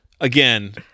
Again